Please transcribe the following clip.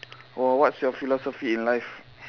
oh what's your philosophy in life